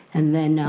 and then